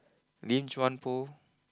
Lim Chuan Poh